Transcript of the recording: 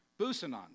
Busanon